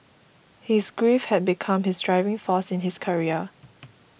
his grief had become his driving force in his career